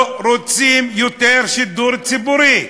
לא רוצים יותר שידור ציבורי.